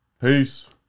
Peace